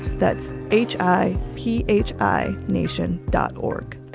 that's h i p h i nacion dot org.